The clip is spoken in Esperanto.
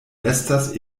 estas